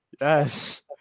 Yes